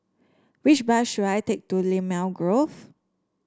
which bus should I take to Limau Grove